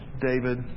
David